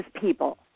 people